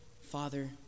Father